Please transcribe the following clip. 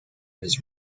his